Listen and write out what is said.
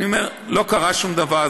אני אומר: לא קרה שום דבר.